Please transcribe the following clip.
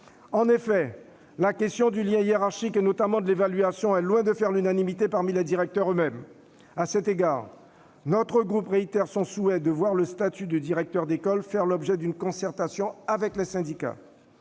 En effet, la question du lien hiérarchique, notamment de l'évaluation, est loin de faire l'unanimité parmi les directeurs eux-mêmes. À cet égard, notre groupe réitère son souhait de voir le statut du directeur d'école faire l'objet d'une concertation avec les syndicats.